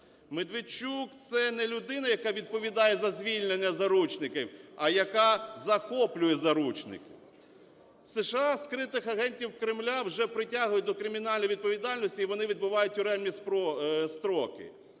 Медведчук – це не людина, яка відповідає за звільнення заручників, а яка захоплює заручників. В США скритих агентів Кремля вже притягують до кримінальної відповідальності і вони відбувають тюремні строки.